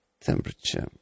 temperature